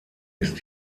ist